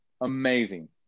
amazing